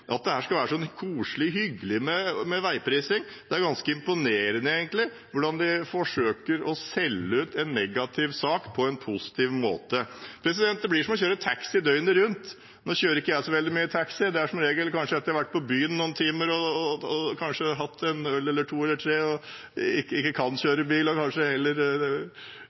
At det skal være så koselig og hyggelig med veiprising – det er ganske imponerende, egentlig, hvordan en forsøker å selge en negativ sak på en positiv måte. Det blir som å kjøre taxi døgnet rundt. Nå kjører ikke jeg så veldig mye taxi. Det er som regel etter å ha vært på byen noen timer og kanskje tatt en øl eller to eller tre og ikke kan kjøre bil, og da er